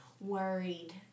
worried